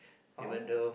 how